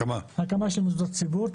הקמה של מוסדות ציבור.